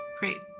great.